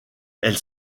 elle